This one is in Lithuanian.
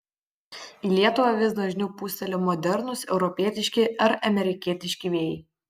į lietuvą vis dažniau pūsteli modernūs europietiški ar amerikietiški vėjai